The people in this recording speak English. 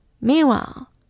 Meanwhile